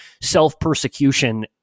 self-persecution